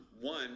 One